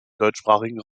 deutschsprachigen